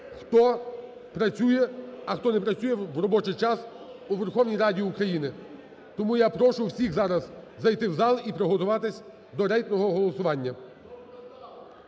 хто працює, а хто не працює в робочий час у Верховній Раді України. Тому я прошу всіх зараз зайти в зал і приготуватись до рейтингового голосування.